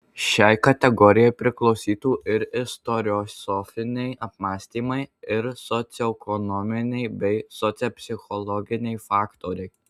šiai kategorijai priklausytų ir istoriosofiniai apmąstymai ir socioekonominiai bei sociopsichologiniai faktoriai